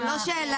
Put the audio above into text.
זה לא שאלה.